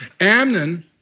Amnon